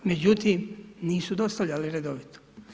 Međutim, nisu dostavljale redovito.